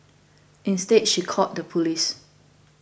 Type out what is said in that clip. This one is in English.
instead she called the police